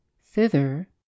Thither